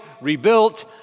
rebuilt